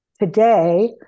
today